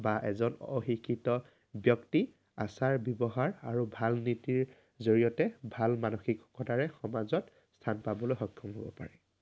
বা এজন অশিক্ষিত ব্যক্তি আচাৰ ব্যৱহাৰ আৰু ভাল নীতিৰ জৰিয়তে ভাল মানসিকতাৰে সমাজত স্থান পাবলৈ সক্ষম হ'ব পাৰে